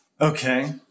Okay